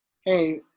hey